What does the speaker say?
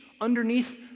underneath